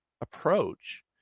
approach